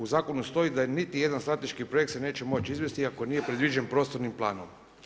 U zakonu stoji da niti jedan strateški projekt se ne moći izvesti ako nije predviđen prostornim planom.